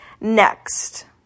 Next